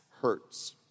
hurts